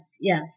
yes